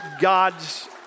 God's